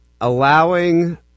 allowing